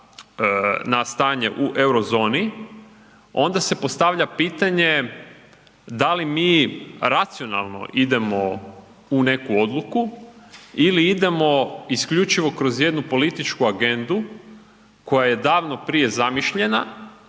na stanje u eurozoni, onda se postavlja pitanje, da li mi racionalno idemo u neku odluku ili idemo isključivo kroz jednu političku agendu koja je davno prije zamišljena,